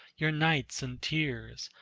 your nights in tears!